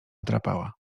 drapała